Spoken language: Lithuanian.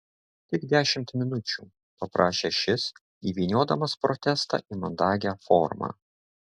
tik dešimt minučių paprašė šis įvyniodamas protestą į mandagią formą